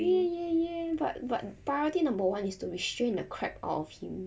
ya ya ya but but priority number one is to restrain in a crab of him